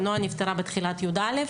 כי נועה נפטרה בתחילת י"א.